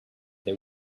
they